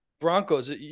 broncos